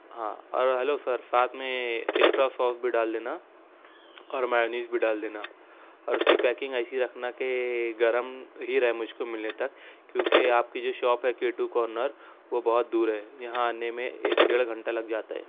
ہاں اور hello sir ساتھ میں ایکسٹرا سوس بھی ڈال دینا اور مایونیز بھی ڈال دینا اور اس کی پیکنگ ایسی رکھنا کہ گرم ہی رہے مجھ کو ملنے تک کیونکہ آپ کی جو شاپ ہے کیٹو کارنر وہ بہت دور ہے یہاں آنے میں ایک ڈیڑھ گھنٹہ لگ جاتا ہے